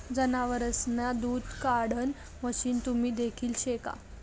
जनावरेसना दूध काढाण मशीन तुम्ही देखेल शे का?